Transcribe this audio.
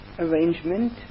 Arrangement